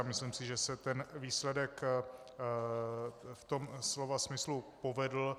A myslím si, že se výsledek v tom slova smyslu povedl.